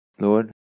lord